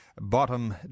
bottom